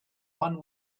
one